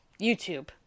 YouTube